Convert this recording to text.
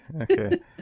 okay